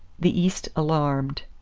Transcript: the east alarmed.